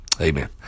Amen